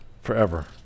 forever